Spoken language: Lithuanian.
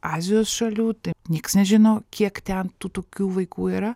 azijos šalių tai nieks nežino kiek ten tų tokių vaikų yra